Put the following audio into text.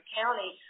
county